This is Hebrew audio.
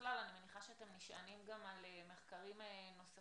ובכלל אני מניחה שאתם נשענים גם על מחקרים נוספים,